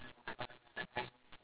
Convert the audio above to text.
but ya